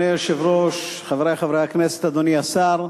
אדוני היושב-ראש, חברי חברי הכנסת, אדוני השר,